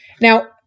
Now